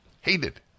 hated